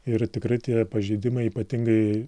ir tikrai tie pažeidimai ypatingai